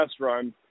run